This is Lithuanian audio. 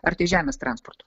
ar tai žemės transportu